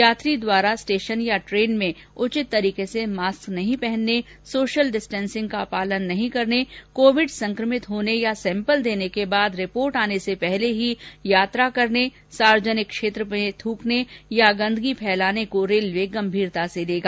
यात्री द्वारा स्टेशन या ट्रेन में उचित तरीके से मास्क नही पहनने सोशल डिस्टेन्सिंग का पालन नहीं करने कोविड संक्रमित होने या सैम्पल देने के बाद रिपोर्ट आने से पहले ही यात्रा करने सार्वजनिक क्षेत्र में थुकने या गन्दगी फैलाने को रेल्वे गंभीरता से लेगा